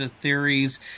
theories